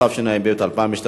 התשע"ב 2012,